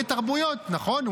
לייצג תרבויות, נכון.